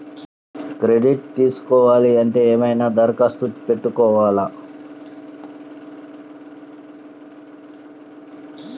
Credit తీసుకోవాలి అంటే ఏమైనా దరఖాస్తు పెట్టుకోవాలా?